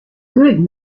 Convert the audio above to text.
good